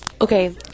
okay